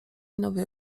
nowej